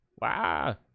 Wow